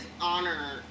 honor